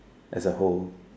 as a whole